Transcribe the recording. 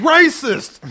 Racist